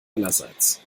allerseits